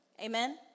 Amen